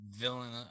Villain